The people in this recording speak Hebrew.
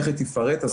איך היא תתפרס,